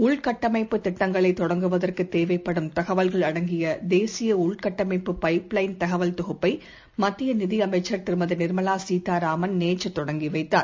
உள்கட்டமைப்பு திட்டங்களைதொடங்குவதற்குதேவைப்படும் தகவல்கள் அடங்கியதேசியஉள்கட்டமைப்பு பைப்லைன் தகவல் தொகுப்பைமத்தியநிதிஅமைச்சர் திருமதி நிர்மலாசீதாராமன் நேற்றுதொடங்கிவைத்தார்